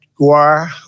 Guar